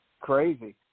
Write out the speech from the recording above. Crazy